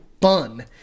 fun